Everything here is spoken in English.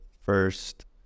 first